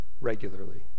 regularly